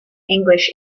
english